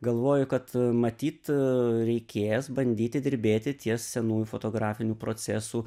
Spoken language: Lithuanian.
galvoju kad matyt reikės bandyti dirbėti ties senųjų fotografinių procesų